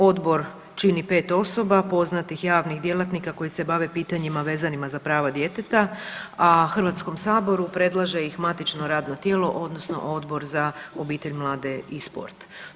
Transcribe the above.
Odbor čini 5 osoba, poznatih javnih djelatnika koji se bave pitanjima vezanima za prava djeteta, a Hrvatskom saboru predlaže ih matično radno tijelo, odnosno Odbor za obitelj, mlade i sport.